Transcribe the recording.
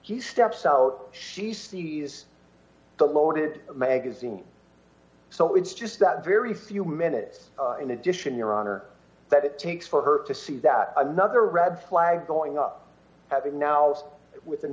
he steps out she sees the loaded d magazine so it's just that very few minutes in addition your honor that it takes for her to see that another red flag going up having now with an